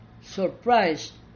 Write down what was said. surprised